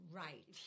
right